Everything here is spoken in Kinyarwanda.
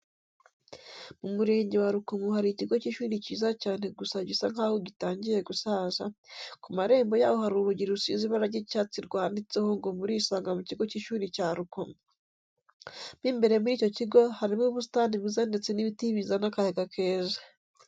Mu murenge wa Rukomo hari ikigo cy'ishuri cyiza cyane gusa gisa nkaho gitangiye gusaza, ku marembo yaho hari urugi rusize ibara ry'icyatsi rwanditseho ngo murisanga mu kigo cy'ishuri cya Rukomo. Mo imbere muri icyo kigo harimo ubusitani bwiza ndetse n'ibiti bizana akayaga keza.